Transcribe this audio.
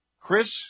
Chris